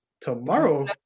Tomorrow